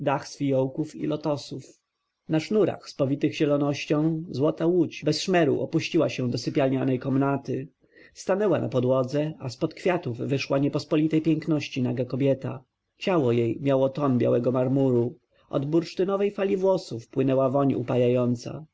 z fiołków i lotosów na sznurach spowitych zielonością złota łódź bez szmeru opuściła się do sypialnej komnaty stanęła na podłodze a z pod kwiatów wyszła niepospolitej piękności naga kobieta ciało jej miało ton białego marmuru od bursztynowej fali włosów płynęła woń upajająca